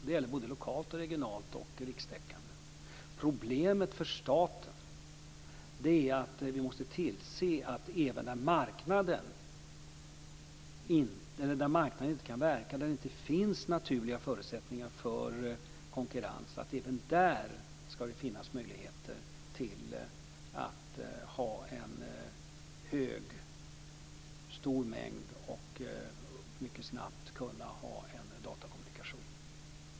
Det gäller lokalt, regionalt och i fråga om det rikstäckande. Problemet för staten är att vi måste tillse att även där marknaden inte kan verka, där det inte finns naturliga förutsättningar för konkurrens, ska det finnas förutsättningar att ha en stor mängd och att mycket snabbt kunna ha en datakommunikation.